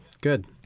Good